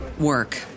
work